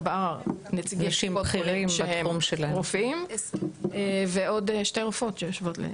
ארבעה נציגי קופות חולים שהם רופאים ועוד שתי רופאות שיושבות.